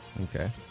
okay